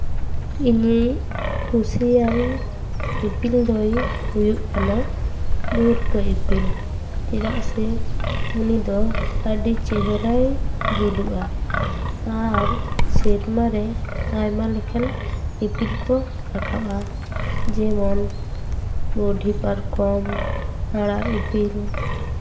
ᱤᱧᱟᱹᱜ ᱠᱩᱥᱤᱭᱟᱱ ᱤᱯᱤᱞ ᱫᱚᱭ ᱦᱩᱭᱩᱜ ᱠᱟᱱᱟ ᱵᱷᱩᱨᱠᱟᱹ ᱤᱯᱤᱞ ᱪᱮᱫᱟᱜ ᱥᱮ ᱩᱱᱤ ᱫᱚ ᱟᱹᱰᱤ ᱪᱮᱦᱨᱟᱭ ᱡᱩᱞᱩᱜᱼᱟ ᱟᱨ ᱥᱮᱨᱢᱟ ᱨᱮ ᱟᱭᱢᱟ ᱞᱮᱠᱟᱱ ᱤᱯᱤᱞ ᱠᱚ ᱨᱟᱠᱟᱵᱟ ᱡᱮᱢᱚᱱ ᱵᱩᱰᱷᱤ ᱯᱟᱨᱠᱚᱢ ᱟᱲᱟᱨ ᱤᱯᱤᱞ